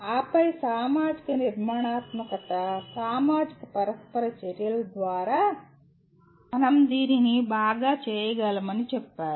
ఆపై సామాజిక నిర్మాణాత్మకత సామాజిక పరస్పర చర్యల ద్వారా మనం దీన్ని బాగా చేయగలమని చెప్పారు